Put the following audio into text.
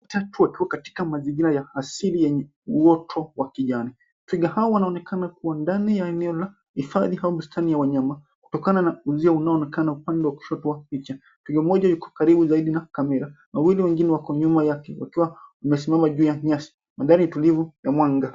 Twiga watatu wakiwa katika mazingira asili yenye uoto wa kijani. Twiga hawa wanaonekana kuwa ndani ya eneo la hifadhi au bustani wa wanyama kutokana na uzio unaonekana upande wa kushoto wa picha. Twiga mmoja yuko karibu sana na camera , wawili wengine wako nyuma yake wakiwa wamesimama juu ya nyasi. Mandhari ni tulivu ya mwanga.